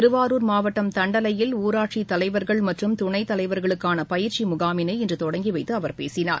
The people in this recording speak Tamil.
திருவாரூர் மாவட்டம் தண்டலையில் ஊராட்சித்தலைவர்கள் மற்றும் தணைத்தலைவர்களுக்னன பயிற்சி முனாமினை இன்று தொடங்கி வைத்து அவர் பேசினார்